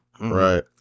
Right